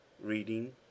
reading